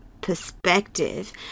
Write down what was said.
perspective